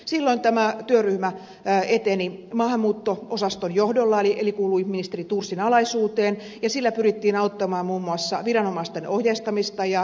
silloin tämä työryhmä eteni maahanmuutto osaston johdolla eli se kuului ministeri thorsin alaisuuteen ja sillä pyrittiin auttamaan muun muassa viranomaisten ohjeistamista ja muitakin ilmiöitä